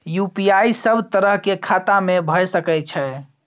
UPI सब तरह के खाता में भय सके छै?